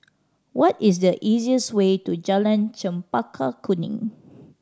what is the easiest way to Jalan Chempaka Kuning